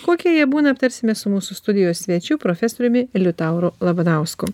kokie jie būna aptarsime su mūsų studijos svečiu profesoriumi liutauru labanausku